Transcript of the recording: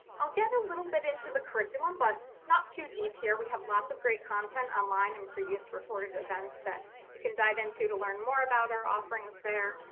i'll get a little bit into the curriculum, but not too deep here, we have lots of great content online in previous recorded events that you can dive into to learn more about our offerings there.